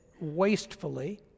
wastefully